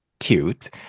cute